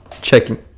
Checking